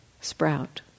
sprout